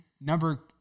Number